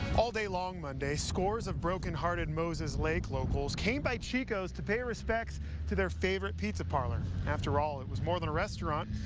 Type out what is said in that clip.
all day long, monday, scores of heartbroken and moses lake locals came by chico's to pay respects to their favorite pizza parlor. after all, it was more than a restaurant,